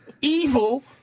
evil